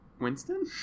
winston